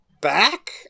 back